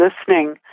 listening